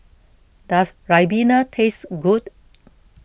does Ribena taste good